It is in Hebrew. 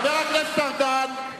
חבר הכנסת ארדן,